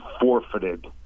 forfeited